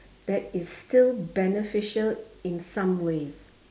that is still beneficial in some ways